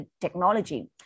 technology